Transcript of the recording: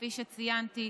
כפי שציינתי,